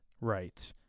Right